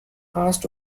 asked